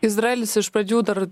izraelis iš pradžių dar